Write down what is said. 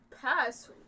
Pass